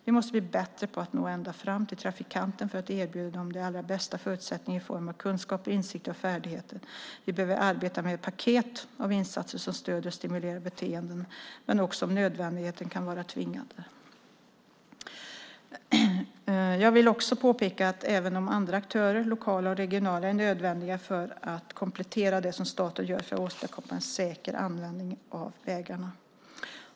Vi måste bli bättre på att nå ända fram till trafikanterna för att erbjuda dem de allra bästa förutsättningarna i form av kunskaper, insikter och färdigheter. Vi behöver arbeta med paket av insatser som stöder och stimulerar beteenden men som också om nödvändigt kan vara tvingande. Jag vill också påpeka att även andra aktörer, lokala och regionala, är nödvändiga för att komplettera det som staten gör för att åstadkomma en säker användning av vägarna.